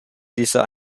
dieser